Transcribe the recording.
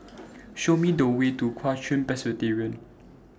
Show Me The Way to Kuo Chuan Presbyterian